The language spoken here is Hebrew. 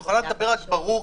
את יכולה לדבר ברור?